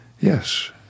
Yes